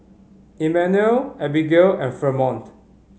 Immanuel Abbigail and Fremont